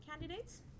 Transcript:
candidates